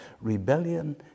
rebellion